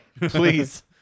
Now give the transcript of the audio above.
Please